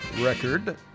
record